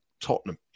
Tottenham